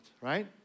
right